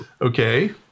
Okay